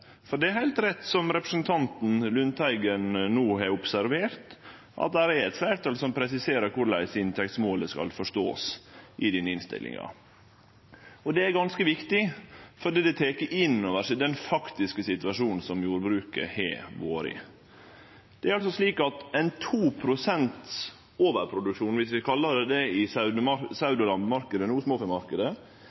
for det er heilt rett som representanten Lundteigen no har observert, at det er eit fleirtal som presiserer korleis inntektsmålet skal forståast i denne innstillinga. Det er ganske viktig fordi det tek inn over seg den faktiske situasjonen som jordbruket har vore i. Det er slik at ein 2 pst. overproduksjon, om vi kallar det det, i saue- og småfemarknaden resulterer i